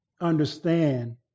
understand